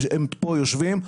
הם יושבים פה.